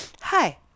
hi